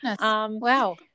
Wow